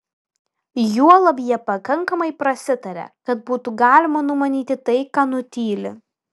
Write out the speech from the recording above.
juolab jie pakankamai prasitaria kad būtų galima numanyti tai ką nutyli